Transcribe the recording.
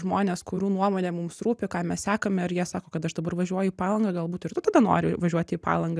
žmonės kurių nuomonė mums rūpi ką mes sekame ir jie sako kad aš dabar važiuoju į palangą galbūt ir tu tada nori važiuoti į palangą